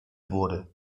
wurde